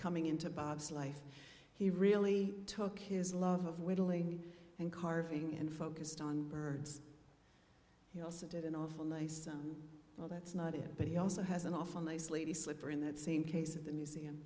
coming into bob's life he really took his love of wiggling and carving and focused on birds he also did an awful nice and well that's not it but he also has an awful nice lady slipper in that same case of the museum